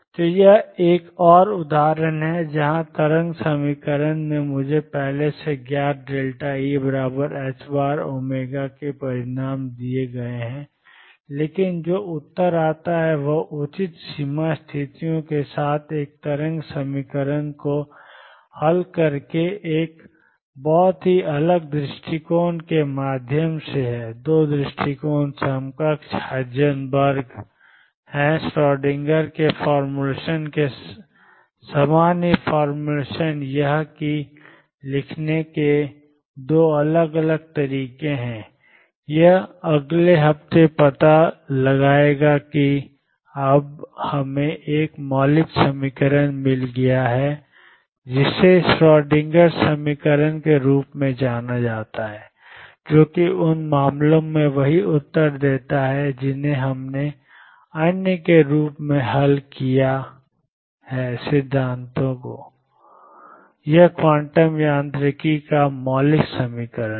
तो यह एक और उदाहरण है जहां तरंग समीकरण ने मुझे पहले से ज्ञात E ℏω के परिणाम दिए हैं लेकिन जो उत्तर आता है वह उचित सीमा स्थितियों के साथ एक तरंग समीकरण को हल करके एक बहुत ही अलग दृष्टिकोण के माध्यम से है 2 दृष्टिकोण समकक्ष हाइजेनबर्ग है श्रोडिंगर के फॉर्मूलेशन के समान ही फॉर्मूलेशन यह है कि लिखने के 2 अलग अलग तरीके हैं यह अगले हफ्ते पता लगाएगा कि अब हमें एक मौलिक समीकरण मिल गया है जिसे श्रोडिंगर समीकरण के रूप में जाना जाता है जो उन मामलों में वही उत्तर देता है जिन्हें हमने अन्य के रूप में हल किया है सिद्धांत तो यह क्वांटम यांत्रिकी का मौलिक समीकरण है